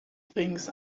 things